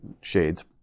shades